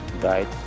died